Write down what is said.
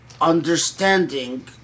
understanding